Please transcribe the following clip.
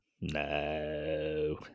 no